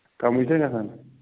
کَمٕے چھا گژھان